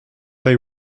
they